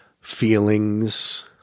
feelings